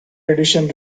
edition